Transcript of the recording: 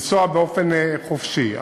לנסוע באופן חופשי.